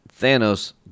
Thanos